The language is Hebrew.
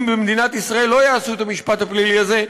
אם במדינת ישראל לא יעשו את המשפט הפלילי הזה,